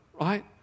right